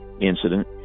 incident